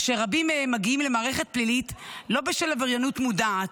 אשר רבים מגיעים למערכת פלילית לא בשל עבריינות מודעת,